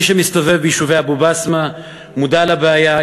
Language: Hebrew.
מי שמסתובב ביישובי אבו-בסמה מודע לבעיה,